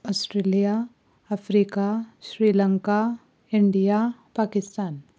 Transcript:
Australia Africa Sri Lanka India Pakistan